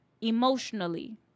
emotionally